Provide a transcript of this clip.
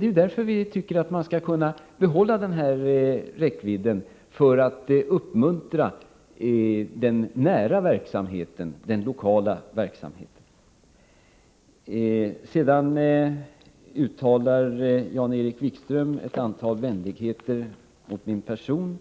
Det är ju för att uppmuntra den nära verksamheten, den lokala verksamheten som vi tycker att man skall behålla den nuvarande räckvidden. Jan-Erik Wikström uttalade ett antal vänligheter om min person.